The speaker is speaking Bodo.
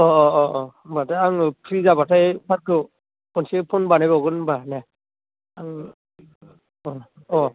अह अह अह होमबाथाय आङो फ्रि जाबाथाय सारखौ खनसे फन बानायबावगोन होम्बा ना आं ओह औ